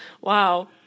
Wow